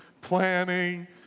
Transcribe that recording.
planning